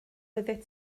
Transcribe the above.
oeddet